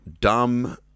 dumb